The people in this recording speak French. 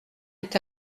est